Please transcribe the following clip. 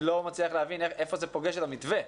אני לא מצליח להבין איפה זה פוגש את המתווה,